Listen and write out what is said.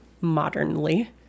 modernly